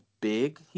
big